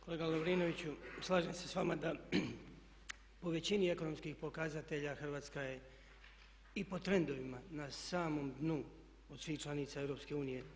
Kolega Lovrinoviću, slažem se s vama da po većini ekonomskih pokazatelja Hrvatska je i po trendovima na samom dnu od svih članica Europske unije.